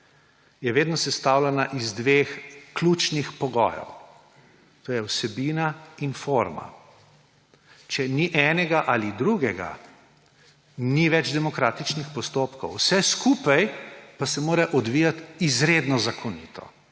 je vedno sestavljena iz dveh ključnih pogojev, to sta vsebina in forma. Če ni enega ali drugega, ni več demokratičnih postopkov, vse skupaj pa se mora odvijati izredno zakonito